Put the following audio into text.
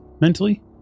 mentally